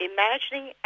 Imagining